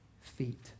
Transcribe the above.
feet